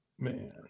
Man